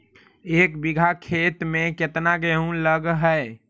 एक बिघा खेत में केतना गेहूं लग है?